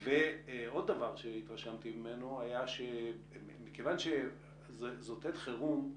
עוד דבר שהתרשמתי ממנו היה שמכיוון שזאת עת חירום,